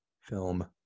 film